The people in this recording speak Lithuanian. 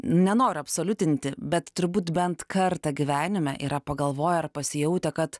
nenoriu absoliutinti bet turbūt bent kartą gyvenime yra pagalvoję ar pasijautę kad